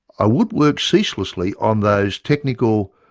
i would work ceaselessly on those technical,